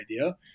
idea